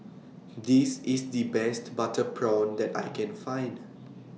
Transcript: This IS The Best Butter Prawn that I Can Find